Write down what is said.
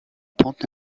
pentes